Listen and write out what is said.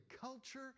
culture